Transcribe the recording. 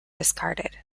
discarded